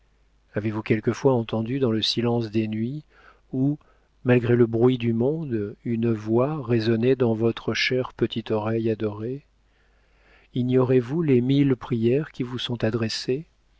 avez-vous quelquefois entendu dans le silence des nuits ou malgré le bruit du monde une voix résonner dans votre chère petite oreille adorée ignorez-vous les mille prières qui vous sont adressées